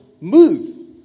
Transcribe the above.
move